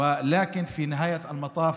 (אומר דברים בשפה הערבית,